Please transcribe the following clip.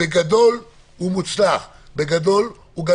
בגדול הוא מוצלח והצליח.